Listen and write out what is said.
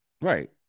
Right